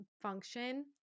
function